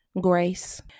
grace